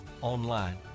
online